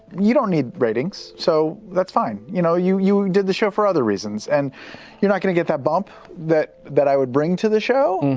you don't need ratings, so that's fine, you know, you you did the show for other reasons, and you're not going to get that bump that that i would bring to the show,